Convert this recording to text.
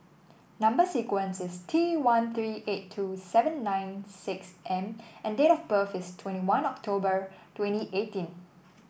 number sequence is T one three eight two seven nine six M and date of birth is twenty one October twenty eighteen